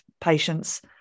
patients